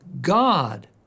God